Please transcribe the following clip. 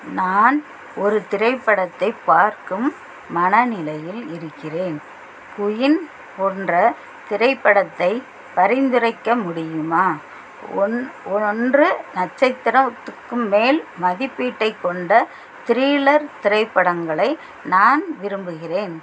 நான் ஒரு திரைப்படத்தை பார்க்கும் மனநிலையில் இருக்கிறேன் குயின் போன்ற திரைப்படத்தை பரிந்துரைக்க முடியுமா ஒன் ஒன்று நட்சத்திரத்துக்கு மேல் மதிப்பீட்டைக் கொண்ட த்ரீல்லர் திரைப்படங்களை நான் விரும்புகிறேன்